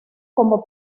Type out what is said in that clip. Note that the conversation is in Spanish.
como